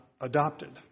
adopted